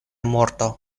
morto